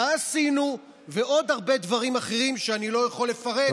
מה עשינו ועוד הרבה דברים אחרים שאני לא יכול לפרט,